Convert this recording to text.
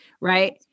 Right